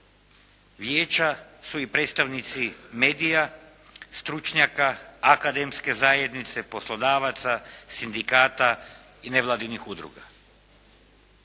vijeća su i predstavnici medija, stručnjaka akademske zajednice, poslodavaca, sindikata i nevladinih udruga.